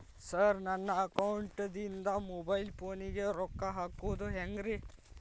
Sir ನನ್ನ ಅಕೌಂಟದಿಂದ mobile ಫೋನಿಗೆ ರೊಕ್ಕ ಹಾಕೋದು ಹೆಂಗ್ರಿ?